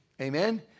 Amen